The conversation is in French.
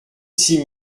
six